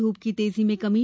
घूप की तेजी में कमी